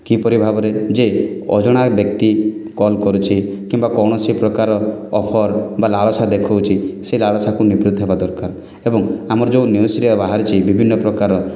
କିପରି ଭାବରେ ଯେ ଅଜଣା ବ୍ୟକ୍ତି କଲ୍ କରୁଛି କିମ୍ବା କୋଣସି ପ୍ରକାର ଅଫର୍ ବା ଲାଳସା ଦେଖାଉଛି ସେ ଲାଳସାକୁ ନିବୃତ ହେବା ଦରକାର ଏବଂ ଆମର ଯେଉଁ ନିଉଜ୍ରେ ବାହାରିଛି ବିଭିନ୍ନ ପ୍ରକାର